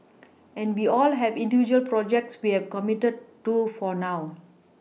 and we all have individual projects we have committed to for now